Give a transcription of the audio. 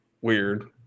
weird